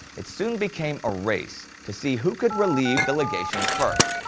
it soon became a race to see who could relieve the legations first.